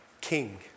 King